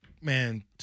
man